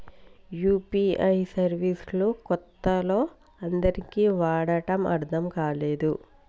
UPI service లు కొత్తలో అందరికీ వాడటం అర్థం కాలేదు